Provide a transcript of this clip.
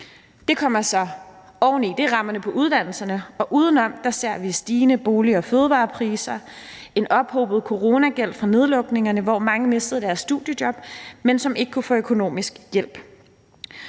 Det er rammerne for uddannelserne. Uden om det ser vi stigende bolig- og fødevarepriser, en ophobet coronagæld fra nedlukningerne, hvor mange mistede deres studiejob og ikke kunne få økonomisk hjælp.